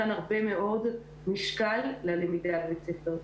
נתנה הרבה מאוד משקל ללמידה הבית ספרית.